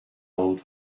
old